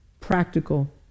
practical